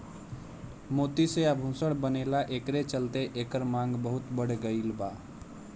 मोती से आभूषण बनेला एकरे चलते एकर मांग बहुत बढ़ गईल बा